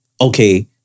Okay